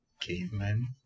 cavemen